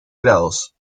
grados